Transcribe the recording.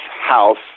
house